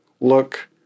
look